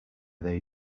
they